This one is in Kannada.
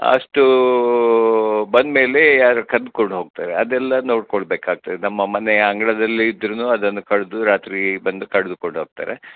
ಅಷ್ಟು ಬಂದ ಮೇಲೆ ಯಾರೋ ಕದ್ದ್ಕೊಂಡು ಹೋಗ್ತಾರೆ ಅದೆಲ್ಲ ನೋಡಿಕೊಳ್ಬೇಕಾಗ್ತದೆ ನಮ್ಮ ಮನೆಯ ಅಂಗಳದಲ್ಲಿ ಇದ್ದರುನು ಅದನ್ನು ಕಡಿದು ರಾತ್ರಿ ಬಂದು ಕಡಿದುಕೊಂಡು ಹೋಗ್ತಾರೆ